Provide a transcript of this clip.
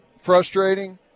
Frustrating